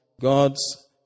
God's